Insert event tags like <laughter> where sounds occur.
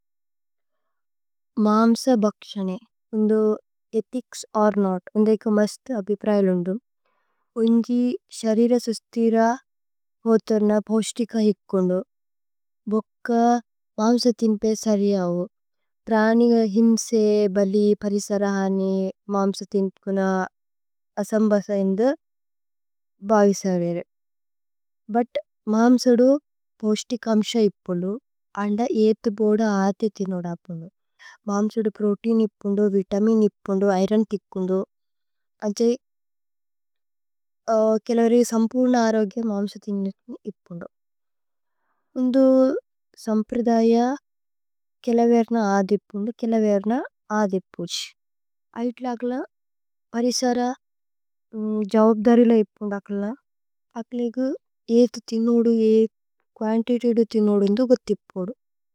മാമ്സ ബക്ശനേ ഉന്ദു ഏഥിച്സ് ഓര് നോത് ഉന്ദു ഏക്കു മസ്ത്। അപിപ്രയല് ഉന്ദു ഉന്ജി ശരിര സുസ്തിര ഹോതുര്ന പോശ്തിക। ഇക്കുന്ദു ഭുക്ക മാമ്സ തിന്പേ സരീ അവു പ്രനിഗ ഹിമ്സേ। ബലി പരിസരഹനി മാമ്സ തിന്കുന അസമ്ബസ ഇന്ദു। ബവിസവേരേ ഭുത് മാമ്സദു പോശ്തിക അമ്ശ ഇക്പുലു। അന്ദ ഏഥു ബോദു ആഥേ തിനുദ അപുന്ദു മാമ്സദു പ്രോതേഇന്। ഇപ്പുന്ദു വിതമിന് ഇപ്പുന്ദു ഇരോന് തിക്കുന്ദു അന്ഛേ। <hesitation> കേലവേരി സമ്പുര്ന ആരോഗിഅ മാമ്സ। <noise> തിനു ഇപ്പുന്ദു ഉന്ദു സമ്പ്രിദയ കേലവേരന। ആഥേ <noise> ഇപ്പുന്ദു കേലവേരന ആഥേ ഇപ്പോശി।